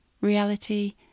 reality